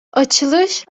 açılış